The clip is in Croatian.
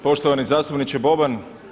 Poštovani zastupniče Boban.